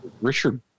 Richard